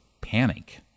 panic